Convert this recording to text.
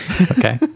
Okay